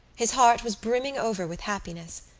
his heart was brimming over with happiness.